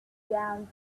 down